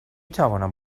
توانم